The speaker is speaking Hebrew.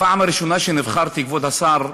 הפעם הראשונה שנבחרתי, כבוד השר,